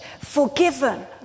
forgiven